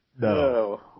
No